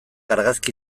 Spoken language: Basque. argazki